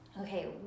Okay